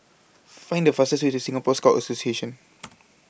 Find The fastest Way to Singapore Scout Association